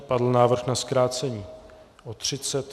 Padl návrh na zkrácení o třicet...